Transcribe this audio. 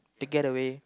to get away